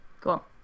Cool